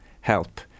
help